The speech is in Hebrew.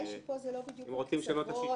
אם רוצים לשנות את השיטה,